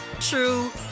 true